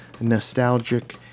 nostalgic